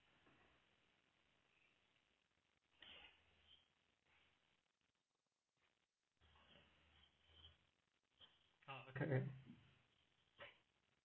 okay